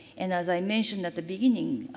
and as i mentioned at the beginning,